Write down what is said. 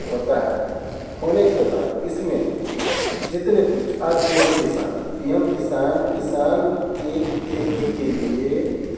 होता है होने के बाद इसमें जितने कुछ आज P M Kisan P M Kisan किसान की खेती के लिए